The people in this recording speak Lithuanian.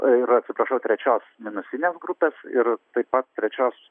ir atsiprašau trečios minusinės grupės ir taip pat trečios